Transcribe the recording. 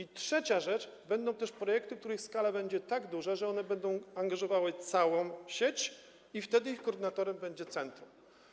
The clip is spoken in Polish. I trzecia rzecz: będą też projekty, których skala będzie tak duża, że one będą angażowały całą sieć, i wtedy ich koordynatorem będzie centrum.